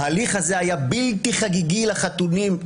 ההליך הזה היה בלתי חגיגי לחלוטין.